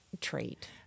trait